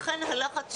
לכן הלחץ שלנו,